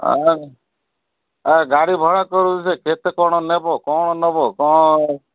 ଗାଡ଼ି ଭଡ଼ା କରୁଛି ସେ କେତେ କ'ଣ ନେବ କ'ଣ ନବ କ'ଣ